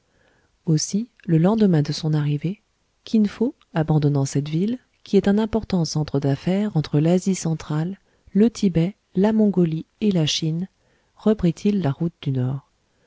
aussi le lendemain de son arrivée kin fo abandonnant cette ville qui est un important centre d'affaires entre l'asie centrale le tibet la mongolie et la chine reprit-il la route du nord